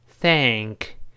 Thank